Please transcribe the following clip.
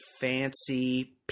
fancy